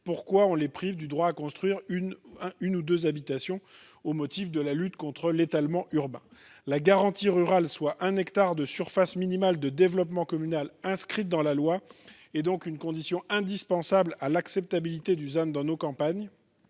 pourquoi on les prive du droit à construire une ou deux habitations au motif de la lutte contre l'étalement urbain. L'inscription dans la loi de la garantie rurale, soit un hectare de surface minimale de développement communal, est donc une condition indispensable à l'acceptabilité du ZAN dans nos campagnes.